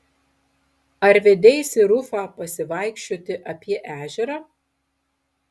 ar vedeisi rufą pasivaikščioti apie ežerą